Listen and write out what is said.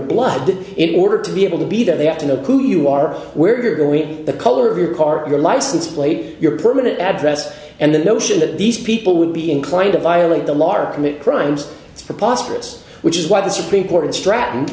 that in order to be able to be that they have to know who you are where you're going the color of your car your license plate your permanent address and the notion that these people would be inclined to violate the law or commit crimes it's preposterous which is why the i think orton stratton